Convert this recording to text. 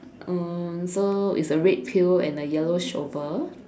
um so it's a red pail and a yellow shovel